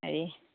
হেৰি